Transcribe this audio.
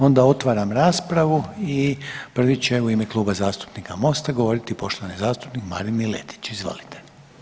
Onda otvaram raspravu i prvi će u ime Kluba zastupnika Mosta govoriti poštovani zastupnik Marin Miletić, izvolite.